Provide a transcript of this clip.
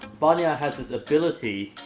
vanya has this ability.